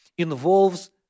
involves